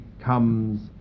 comes